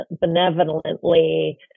benevolently